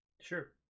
Sure